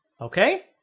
Okay